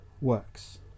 works